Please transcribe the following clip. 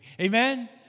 amen